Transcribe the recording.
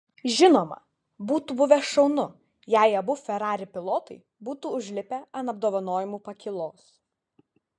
žinoma būtų buvę šaunu jei abu ferrari pilotai būtų užlipę ant apdovanojimų pakylos